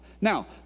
Now